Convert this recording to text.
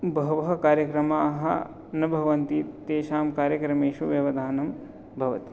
बहवः कार्यक्रमाः न भवन्ति तेषां कार्यक्रमेषु व्यवधानं भवति